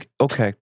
Okay